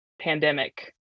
pandemic